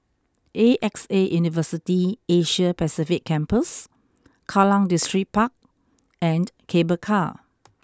A X A University Asia Pacific Campus Kallang Distripark and Cable Car